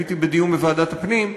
הייתי בדיון בוועדת הפנים,